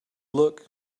look